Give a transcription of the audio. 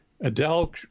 Adele